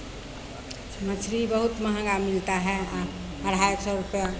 मछली बहुत महँगा मिलता है अढ़ाइ सए रुपैआ